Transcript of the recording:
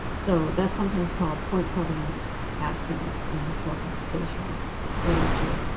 so that's sometimes called point prevalence abstinence in the smoking cessation literature.